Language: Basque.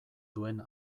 duen